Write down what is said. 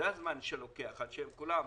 זה הזמן שלוקח עד שכולם